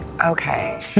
Okay